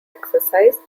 exercise